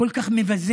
כל כך מבזה